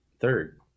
third